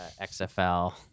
XFL